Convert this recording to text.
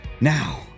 Now